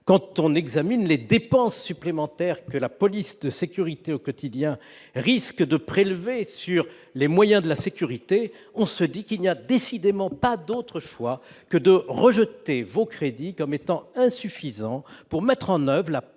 quand on examine les dépenses supplémentaires que la police de sécurité au quotidien, elle risque de prélever sur les moyens de la sécurité, on se dit qu'il n'y a décidément pas d'autre choix que de rejeter vos crédits comme étant insuffisant pour mettre en oeuvre la